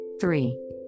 three